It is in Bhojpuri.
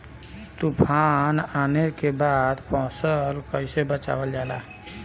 तुफान आने के बाद फसल कैसे बचावल जाला?